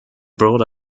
brought